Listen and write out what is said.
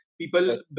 People